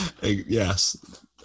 Yes